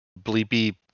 bleepy